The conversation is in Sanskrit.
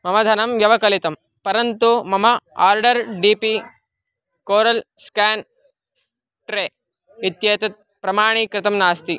मम धनं व्यवकलितं परन्तु मम order D P coral scan tray इत्येतत् प्रमाणीकृतं नास्ति